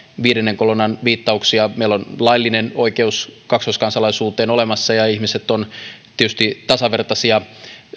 viidennen kolonnan viittauksia meillä on laillinen oikeus kaksoiskansalaisuuteen olemassa ja ihmiset ovat tietysti tasavertaisia